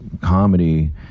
comedy